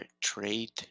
trade